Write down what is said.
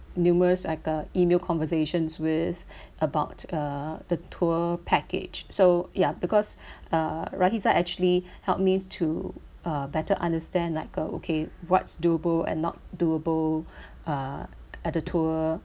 numerous like uh email conversations with about uh the tour package so ya because uh rahiza actually helped me to uh better understand like uh okay what's doable and not doable uh at the tour